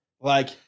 Like-